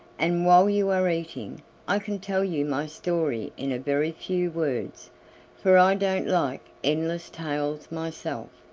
and while you are eating i can tell you my story in a very few words for i don't like endless tales myself.